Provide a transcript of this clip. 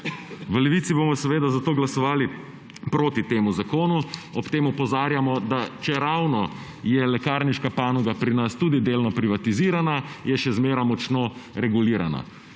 V Levici bomo seveda zato glasovali proti temu zakonu. Ob tem opozarjamo, da čeravno je lekarniška panoga pri nas tudi delno privatizirana, je še zmerom močno regulirana.